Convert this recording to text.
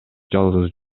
жалгыз